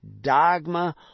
dogma